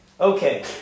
okay